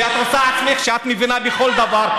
ואת עושה את עצמך שאת מבינה בכל דבר.